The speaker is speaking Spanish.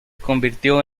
convirtió